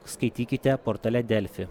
skaitykite portale delfi